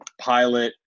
Pilot